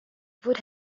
wood